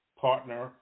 partner